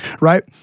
right